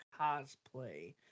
cosplay